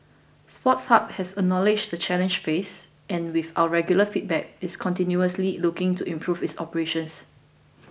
Sports Hub has acknowledged the challenges faced and with our regular feedback is continuously looking to improve its operations